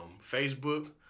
facebook